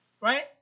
Right